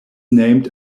named